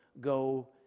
Go